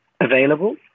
available